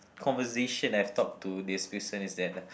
conversation I've talk to this person is that